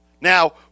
Now